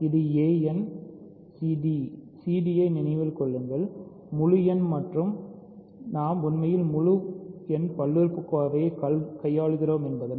இது cd cd ஐ நினைவில் கொள்ளுங்கள் முழு எண் மற்றும் நாம் உண்மையில் முழு பல்லுறுப்புக்கோவைகளைக் கையாளுகிறோம் என்பதால்